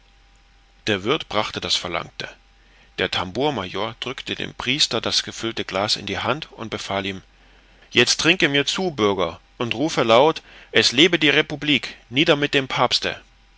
der wirth brachte das verlangte der tambour major drückte dem priester das gefüllte glas in die hand und befahl ihm jetzt trinke mir zu bürger und rufe laut es lebe die republik nieder mit dem papste